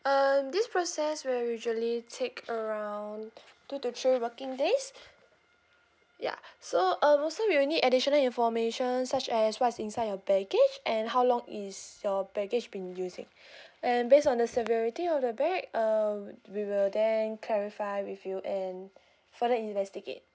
um this process will usually take around two to three working days ya so um also we will need additional information such as what is inside your baggage and how long is your baggage been using and based on the severity of the bag um we will then clarify with you and further investigate